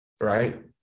Right